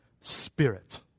Spirit